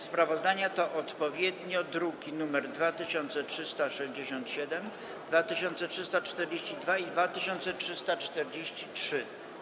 Sprawozdania to odpowiednio druki nr 2367, 2342 i 2343.